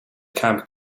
camp